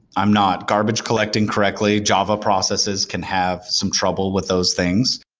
i'm not garbage collecting correctly. java processes can have some trouble with those things.